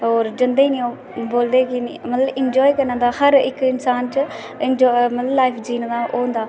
होर जंदे निं ओह् बोल्लदे की मतलब एंजॉय करने दा मतलब हर इक्क इन्सान च मतलब लाईफ जीने दा ओह् होंदा